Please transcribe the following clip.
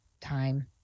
time